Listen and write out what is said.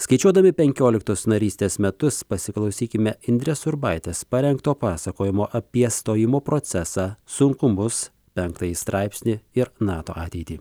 skaičiuodami penkioliktus narystės metus pasiklausykime indrės urbaitės parengto pasakojimo apie stojimo procesą sunkumus penktąjį straipsnį ir nato ateitį